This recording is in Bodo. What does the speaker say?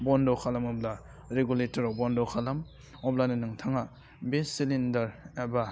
बन्द' खालामोब्ला रेगुलेटराव बन्द' खालाम अब्लानो नोंथाङा बे सिलिन्डार एबा